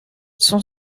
son